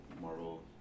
Marvel